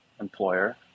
employer